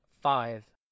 five